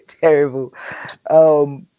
terrible